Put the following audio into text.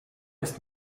ist